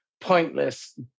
pointless